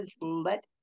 let